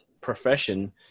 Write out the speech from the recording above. profession